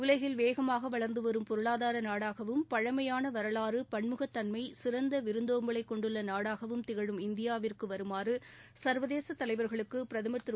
உலகில் வேகமாக வளர்ந்து வரும் பொருளாதார நாடாகவும் பழமையான வரலாறு பன்முகத் தன்மை சிறந்த விருந்தோம்பலைக் கொண்டுள்ள நாடாகவும் திகழும் இந்தியாவிற்கு வருமாறு சர்வதேச தலைவர்களுக்கு பிரதமர் திரு